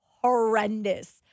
horrendous